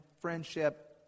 friendship